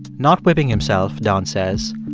not whipping himself, don says,